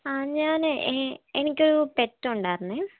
ആ ഞാൻ എനിക്കൊരു പെറ്റുണ്ടായിരുന്നു